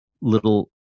little